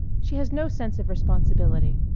she has no sense of responsibility.